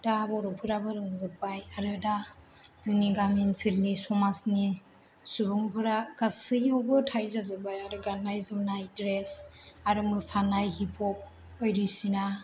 दा बर'फोराबो रोंजोबबाय आरो दा जोंनि गामि ओनसोलनि समाजनि सुबुंफोरा गासिबावबो थायो जाजोब्बाय आरो गान्नाय जोमनाय द्रेस आरो मोसानाय हिप हफ बायदिसिना